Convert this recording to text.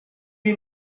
wie